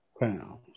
Pounds